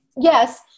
yes